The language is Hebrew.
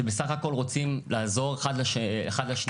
שבסך הכול רוצים לעזור אחד לשנייה,